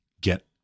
get